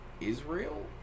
Israel